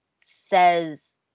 says